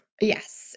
Yes